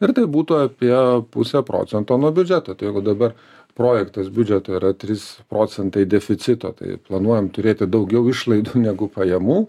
ir tai būtų apie pusę procento nuo biudžeto tai jeigu dabar projektas biudžeto yra trys procentai deficito tai planuojam turėti daugiau išlaidų negu pajamų